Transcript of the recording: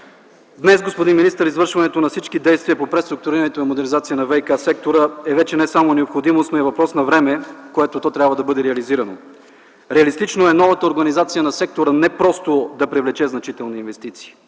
Господин министър, днес извършването на всички действия по преструктурирането и модернизацията на ВиК-сектора вече не е само необходимост, но и въпрос на време, в което то трябва да бъде реализирано. Реалистично е новата организация на сектора не просто да привлече значителни инвестиции